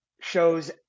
shows